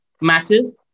matches